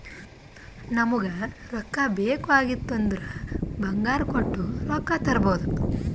ನಮುಗ್ ರೊಕ್ಕಾ ಬೇಕ್ ಆಗಿತ್ತು ಅಂದುರ್ ಬಂಗಾರ್ ಕೊಟ್ಟು ರೊಕ್ಕಾ ತರ್ಬೋದ್